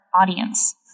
audience